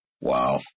wow